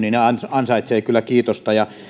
ansaitsevat kiitosta ja